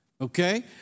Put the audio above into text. Okay